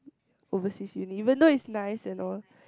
overseas uni even though it's nice and all